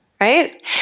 Right